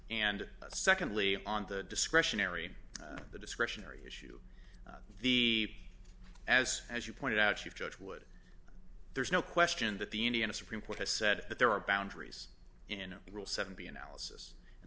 and secondly on the discretionary the discretionary issue the as as you pointed out chief judge would there's no question that the indiana supreme court has said that there are boundaries in the rule seventy analysis and